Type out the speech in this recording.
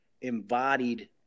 embodied